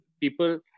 people